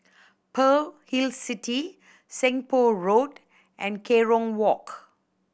Pearl Hill City Seng Poh Road and Kerong Walk